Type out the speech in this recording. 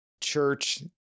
church